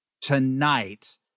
tonight